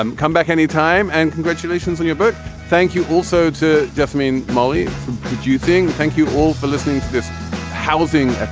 and come back anytime. and congratulations on your book. thank you also to jeff, i mean, molly, could you thing thank you all for listening to this housing,